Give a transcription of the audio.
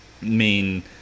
main